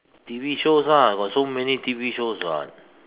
T_V shows ah got so many T_V shows [what]